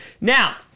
Now